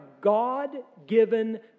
God-given